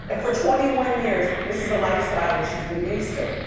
ah for twenty one years, this is the lifestyle that she's been used to.